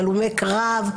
הלומי קרב.